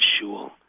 Shul